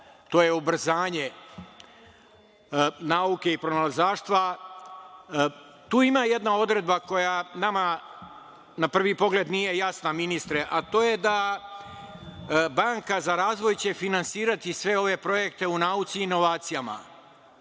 to je ubrzanje nauke i pronalazaštva, tu ima jedna odredba koja nama na prvi pogled nije jasna, ministre, a to je da Banka za razvoj će finansirati sve ove projekte u nauci i inovacijama,